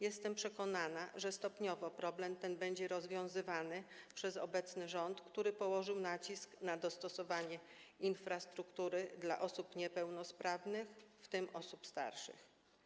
Jestem przekonana, że stopniowo problem ten będzie rozwiązywany przez obecny rząd, który położył nacisk na dostosowanie infrastruktury do potrzeb osób niepełnosprawnych, w tym osób starszych.